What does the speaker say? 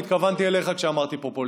התכוונתי אליך כשאמרתי "פופוליסט",